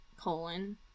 colon